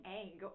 egg